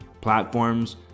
platforms